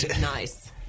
nice